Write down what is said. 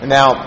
Now